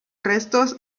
restos